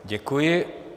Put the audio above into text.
Děkuji.